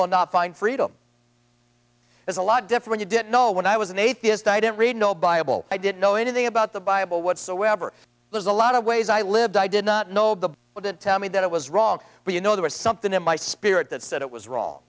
will not find freedom is a lot different i didn't know when i was an atheist i didn't read no buyable i didn't know anything about the bible whatsoever there's a lot of ways i lived i did not know but i didn't tell me that it was wrong but you know there was something in my spirit that said it was ro